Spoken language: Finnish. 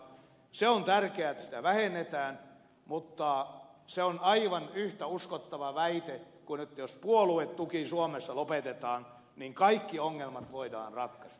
se on tärkeää että sitä vähennetään mutta se on aivan yhtä uskottava väite kuin se että jos puoluetuki suomessa lopetetaan niin kaikki ongelmat voidaan ratkaista